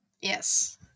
yes